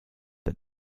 that